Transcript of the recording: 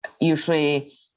usually